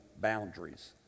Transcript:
boundaries